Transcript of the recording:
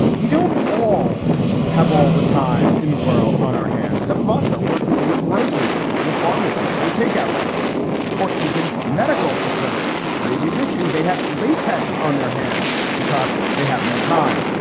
we don't all have all the time in the world on our hands. some of us are working in grocery stores or pharmacies or takeout restaurants or even medical facilities, maybe wishing they had late texts on their hands because they have no time.